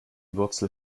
wurzel